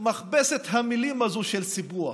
מכבסת המילים הזאת של הסיפוח.